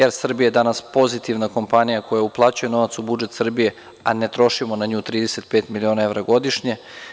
Er Srbija je danas pozitivna kompanija koja uplaćuje novac u budžet Srbije, a ne trošimo na nju 35 miliona evra godišnje.